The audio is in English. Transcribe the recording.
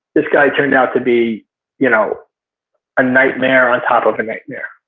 this guy turned out to be you know a nightmare on top of a nightmare